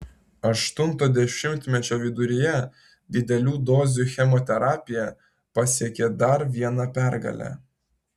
aštuntojo dešimtmečio viduryje didelių dozių chemoterapija pasiekė dar vieną pergalę